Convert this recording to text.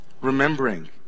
Remembering